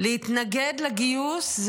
להתנגד לגיוס.